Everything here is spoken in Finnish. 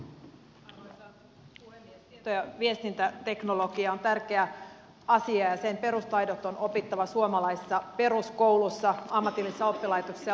tieto ja viestintäteknologia on tärkeä asia ja sen perustaidot on opittava suomalaisessa peruskoulussa ammatillisessa oppilaitoksessa ja lukiossa